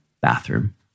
bathroom